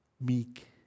meek